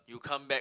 you come back